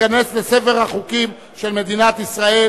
אני קובע שחוק סדרי שלטון ומשפט